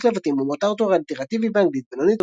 לבתים ומות ארתור האליטרטיבי באנגלית בינונית",